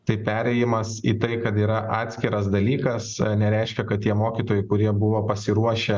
tai perėjimas į tai kad yra atskiras dalykas nereiškia kad tie mokytojai kurie buvo pasiruošę